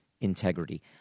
integrity